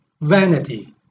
vanity